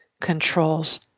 controls